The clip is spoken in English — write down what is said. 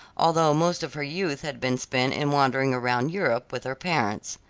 although most of her youth had been spent in wandering around europe with her parents.